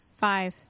Five